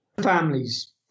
families